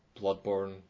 Bloodborne